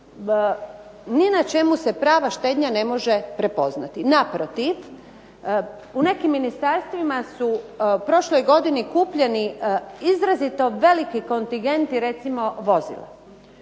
ni na čemu se prava štednja ne može prepoznati. Naprotiv, u nekim ministarstvima su u prošloj godini kupljeni izrazito veliki kontingenti recimo vozila.